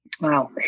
Wow